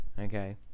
Okay